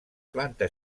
planta